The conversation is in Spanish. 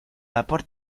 vapor